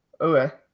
Okay